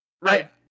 right